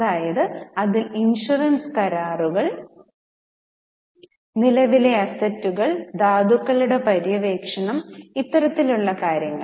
അതായത് അതിൽ ഇൻഷുറൻസ് കരാറുകൾ നിലവിലെ അസറ്റുകൾ ധാതുക്കളുടെ പര്യവേക്ഷണം ഇത്തരത്തിലുള്ള കാര്യങ്ങൾ